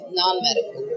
non-medical